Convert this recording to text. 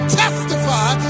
testify